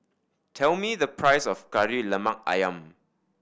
tell me the price of Kari Lemak Ayam